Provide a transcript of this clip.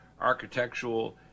architectural